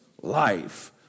life